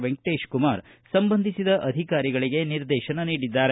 ವೆಂಕಟೇಶಕುಮಾರ್ ಸಂಬಂಧಿಸಿದ ಅಧಿಕಾರಿಗಳಿಗೆ ನಿರ್ದೇಶನ ನೀಡಿದ್ದಾರೆ